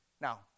Now